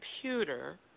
computer